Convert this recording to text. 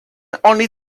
only